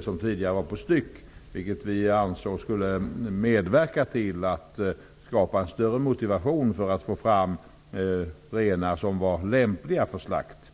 som tidigare per styck. Vi ansåg att detta skulle medverka till att skapa en större motivation för att få fram renar som var lämpliga för slakt.